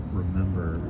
remember